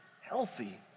healthy